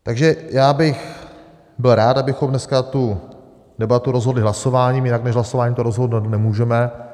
Takže já bych byl rád, abychom dneska tu debatu rozhodli hlasováním jinak než hlasováním to rozhodnout nemůžeme.